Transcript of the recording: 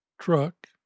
truck